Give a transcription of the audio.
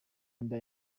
inda